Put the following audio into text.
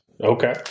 Okay